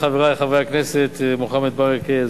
חברי חברי הכנסת מוחמד ברכה,